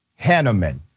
Hanneman